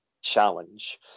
challenge